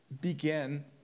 begin